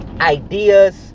ideas